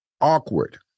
awkward